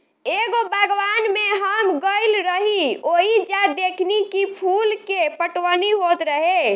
एगो बागवान में हम गइल रही ओइजा देखनी की फूल के पटवनी होत रहे